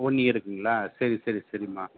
one இயருக்குங்களா சரி சரி சரிமா